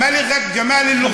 מלכת ג'מאל אל-לע'את.